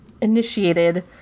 initiated